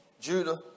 Judah